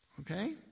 Okay